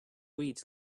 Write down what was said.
weeds